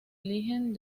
eligen